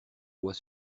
lois